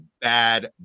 bad